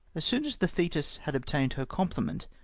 soon as the jlietis had obtained her complement,